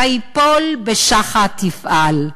ויפל בשחת יפעל,